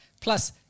plus